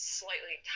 slightly